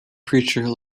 preacher